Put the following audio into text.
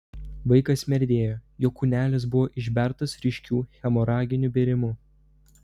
vaikas merdėjo jo kūnelis buvo išbertas ryškiu hemoraginiu bėrimu